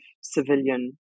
civilian